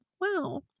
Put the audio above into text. Wow